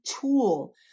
tool